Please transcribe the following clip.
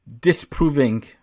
disproving